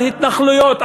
על התנחלויות,